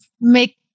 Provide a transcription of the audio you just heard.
make